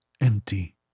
empty